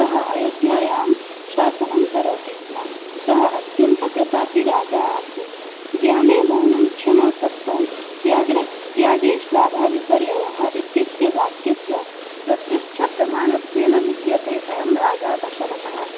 सः अयोध्यायां शासनं करोति स्म सः अत्यन्तः प्रतापिराजः आसीत् ज्ञाने मौनं क्षमा शक्तौ त्यागले त्यागे श्लाघाविपर्ययः इत्यस्य वाक्यस्य प्रत्यक्षप्रमाणत्वेन विद्यते अयं राजा दशरथः